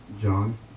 John